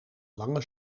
lange